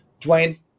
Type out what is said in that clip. Dwayne